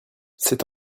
c’est